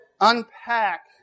unpack